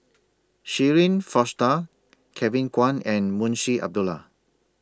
Shirin Fozdar Kevin Kwan and Munshi Abdullah